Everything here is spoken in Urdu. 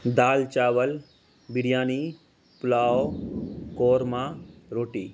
دال چاول بریانی پلاؤ قورمہ روٹی